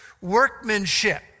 workmanship